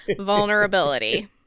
vulnerability